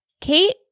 Kate